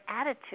attitude